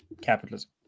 capitalism